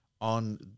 on